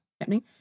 happening